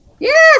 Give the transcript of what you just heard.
Yes